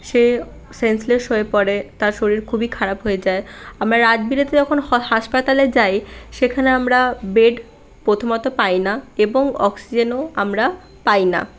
সে senseless হয়ে পড়ে তাঁর শরীর খুবই খারাপ হয়ে যায় আমার রাত বিরাতে হাসপাতালে যাই সেখানে আমরা বেড প্রথমত পাইনা এবং অক্সিজেনও আমরা পাইনা